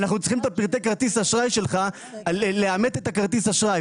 אנחנו צריכים את פרטי כרטיס האשראי שלך לאמת את כרטיס האשראי,